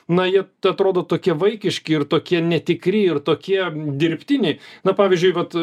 na ji atrodo tokie vaikiški ir tokie netikri ir tokie dirbtiniai na pavyzdžiui vat